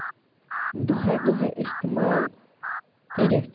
دۅہے دۅہے اِستعمال کٔرِتھ